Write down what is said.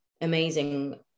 amazing